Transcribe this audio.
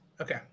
Okay